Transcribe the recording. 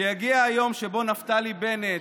שיגיע היום שבו נפתלי בנט,